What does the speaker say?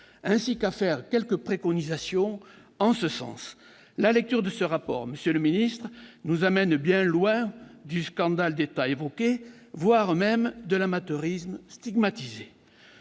ainsi qu'à faire quelques préconisations en ce sens, la lecture de ce rapport, Monsieur le Ministre, nous amène bien loin du scandale d'État, voire même de l'amateurisme stigmatisés,